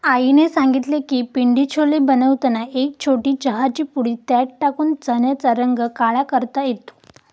आईने सांगितले की पिंडी छोले बनवताना एक छोटी चहाची पुडी त्यात टाकून चण्याचा रंग काळा करता येतो